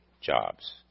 jobs